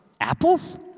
Apples